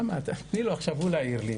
שהוא יעיר לי.